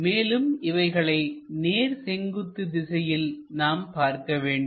மேலும் இவைகளுக்கு நேர் செங்குத்து திசையில் நாம் பார்க்கவேண்டும்